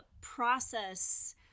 process